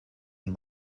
and